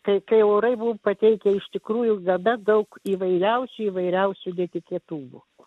kai kai orai buvo pateikia iš tikrųjų gana daug įvairiausių įvairiausių netikėtumų